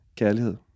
kærlighed